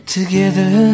Together